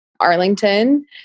Arlington